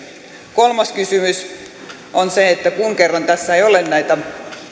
kolmas kysymys on se että kun kerran tässä ei ole näitä